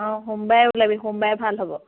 অঁ সোমবাৰে উলাবি সোমবাৰে ভাল হ'ব